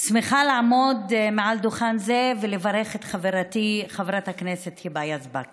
שמחה לעמוד מעל דוכן זה ולברך את חברתי חברת הכנסת היבה יזבק